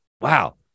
wow